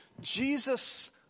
Jesus